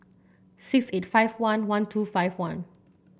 six eight five one one two five two